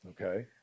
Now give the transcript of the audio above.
Okay